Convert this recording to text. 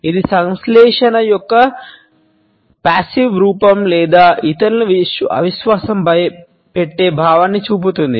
ఇది సంశ్లేషణ యొక్క నిష్క్రియాత్మక రూపం లేదా ఇతరులను అవిశ్వాసం పెట్టే భావాన్ని చూపుతుంది